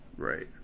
Right